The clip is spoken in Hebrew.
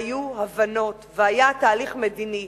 והיו הבנות, והיה תהליך מדיני.